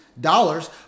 dollars